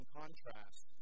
contrast